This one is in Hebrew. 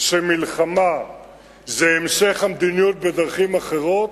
שמלחמה זה המשך המדיניות בדרכים אחרות,